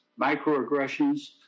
microaggressions